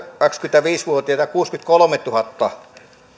kaksikymmentäviisi vuotiaita kuusikymmentäkolmetuhatta